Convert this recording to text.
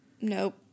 Nope